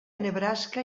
nebraska